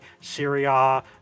Syria